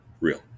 Real